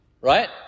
right